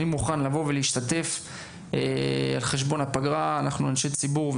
אני מוכן לבוא ולהשתתף על חשבון הפגרה אנחנו אנשי ציבור,